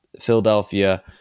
Philadelphia